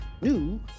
new